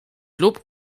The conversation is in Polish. lub